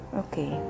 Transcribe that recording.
okay